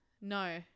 No